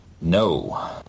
No